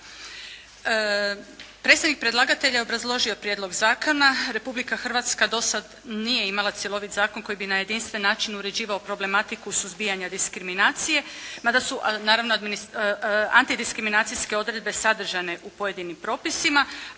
Predstavnik predlagatelja je obrazložio prijedlog zakona. Republika Hrvatska do sada nije imala cjelovit zakon koji bi na jedinstveni način uređivao problematiku suzbijanja diskriminacije, mada su naravno antidiskriminacijske odredbe sadržane u pojedinim propisima